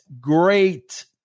great